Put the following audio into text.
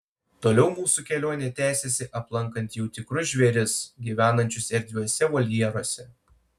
toliau mūsų kelionė tęsėsi aplankant jau tikrus žvėris gyvenančius erdviuose voljeruose